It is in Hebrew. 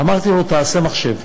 אמרתי לו, תעשה מחשב,